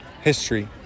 history